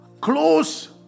Close